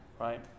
right